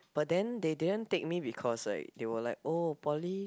but then they didn't take me because like they were like oh poly